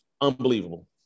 Unbelievable